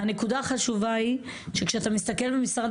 הנקודה החשובה היא שכשאתה מסתכל במשרד